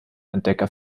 entdecker